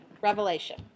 Revelation